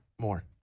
More